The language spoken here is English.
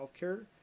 healthcare